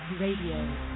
radio